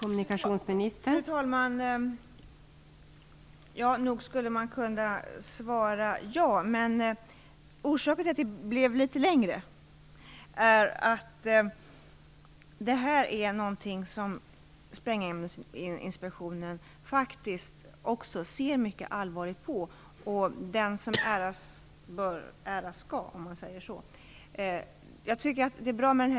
Fru talman! Nog skulle man kunna svara enbart "ja", men orsaken till att svaret blev litet längre är att Sprängämnesinspektionen ser mycket allvarligt på frågan. Äras den som äras bör!